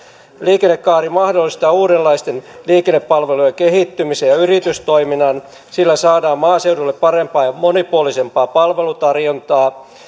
liikennekaari mahdollistaa uudenlaisten liikennepalvelujen kehittymisen ja yritystoiminnan sillä saadaan maaseudulle parempaa ja monipuolisempaa palvelutarjontaa